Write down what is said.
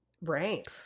Right